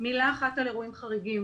מילה אחת על אירועים חריגים.